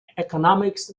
economic